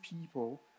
people